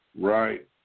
Right